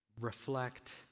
reflect